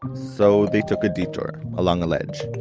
so. they took a detour, along a ledge